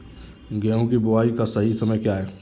गेहूँ की बुआई का सही समय क्या है?